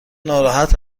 ناراحت